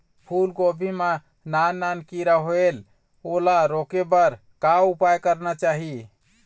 फूलगोभी मां नान नान किरा होयेल ओला रोके बर का उपाय करना चाही?